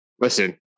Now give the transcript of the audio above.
listen